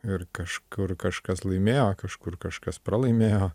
ir kažkur kažkas laimėjo kažkur kažkas pralaimėjo